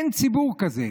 אין ציבור כזה.